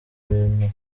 ubuntu